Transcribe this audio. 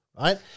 right